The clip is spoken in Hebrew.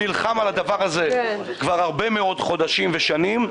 שנלחם על הדבר הזה כבר הרבה מאוד חודשים ושנים,